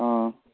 ꯑꯥ